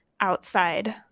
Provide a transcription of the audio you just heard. outside